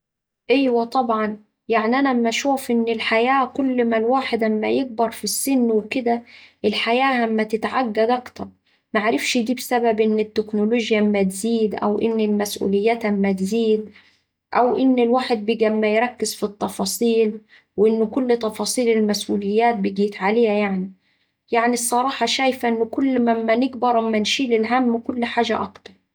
إيوه طبعا، يعني أنا أما أشوف إن الحياة كل ما الواحد أما يكبر في السن وكدا الحياة أما تتعقد أكتر، معرفش ده بسبب إن التكنولوجيا أما تزيد أو إن المسؤوليات أما تزيد أو إن الواحد بقي أما يركز في التفاصيل وإن كل تفاصيل المسؤوليات بقيت عليه يعني. يعني الصراحة شايفة إن كل ما أما نكبر أما نشيل هم كل حاجة أكتر.